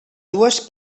dues